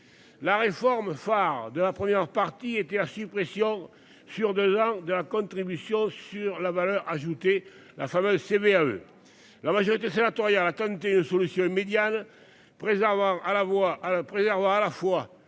La réforme phare de la première partie était la suppression sur 2 ans de la contribution sur la valeur ajoutée, la fameuse CVAE. La majorité sénatoriale a tenté une solution médiane prêt à revoir à la voie